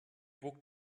book